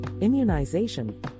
immunization